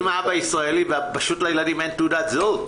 אם האבא ישראלי שנשוי לאמריקאית ולילדים אין תעודת זהות?